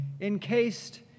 encased